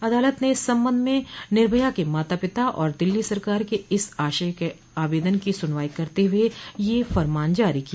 अदालत ने इस संबंध में निर्भया के माता पिता और दिल्ली सरकार के इस आशय के आवेदन की सुनवाई करते हुए यह फरमान जारी किया